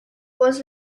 was